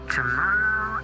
Tomorrow